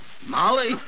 Molly